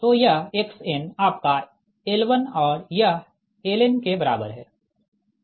तो यह Xn आपका L1 और यह Ln के बराबर है